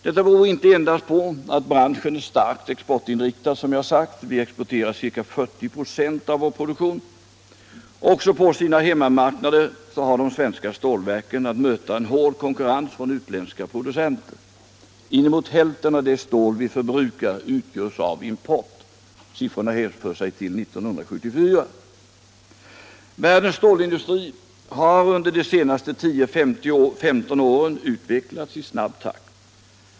Detta beror inte endast på att branschen är starkt exportinriktad, som jag sagt — vi exporterar ca 40 96 av vår produktion. Också på sina hemmamarknader har de svenska stålverken att möta hård konkurrens från utländska producenter. Inemot hälften av det stål vi förbrukar utgörs av import. Siffrorna hänför sig till 1974. Världens stålindustri har under de senaste tio femton åren utvecklats i snabb takt.